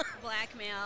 Blackmail